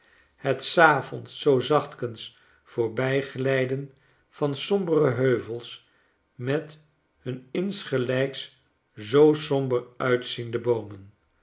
het s avonds zoo zachtkens voorbijglijden van sombere heuvels met hun insgelijks zoo somber uitziende boomen